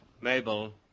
Mabel